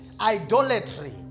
Idolatry